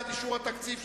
כהצעת הוועדה, נתקבל.